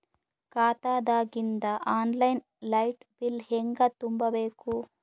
ಖಾತಾದಾಗಿಂದ online light bill ಹೇಂಗ ತುಂಬಾ ಬೇಕು?